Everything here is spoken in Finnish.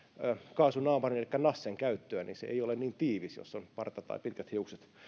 kaasunaamarin elikkä nassen käyttöä niin se ei ole niin tiivis jos on parta tai pitkät hiukset